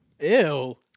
ew